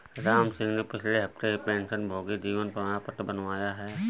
रामसिंह ने पिछले हफ्ते ही पेंशनभोगी जीवन प्रमाण पत्र बनवाया है